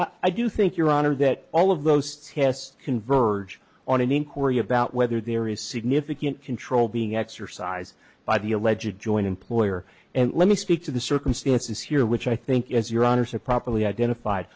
so i do think your honor that all of those tests converge on an inquiry about whether there is significant control being exercised by the alleged joint employer and let me speak to the circumstances here which i think is your honor to properly identified